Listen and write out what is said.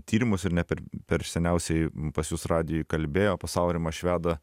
tyrimus ir ne per per seniausiai pas jus radijuj kalbėjo pas aurimą švedą